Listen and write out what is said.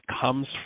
comes